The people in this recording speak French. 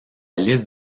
liste